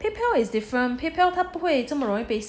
Paypal is different 他不会这么容易被